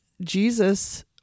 Jesus